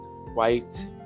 white